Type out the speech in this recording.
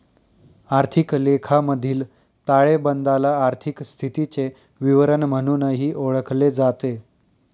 आर्थिक लेखामधील ताळेबंदाला आर्थिक स्थितीचे विवरण म्हणूनही ओळखले जाते